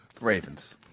Ravens